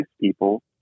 people